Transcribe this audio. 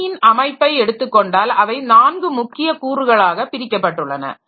கணினியின் அமைப்பை எடுத்துக்கொண்டால் அவை நான்கு முக்கிய கூறுகளாக பிரிக்கப்பட்டுள்ளன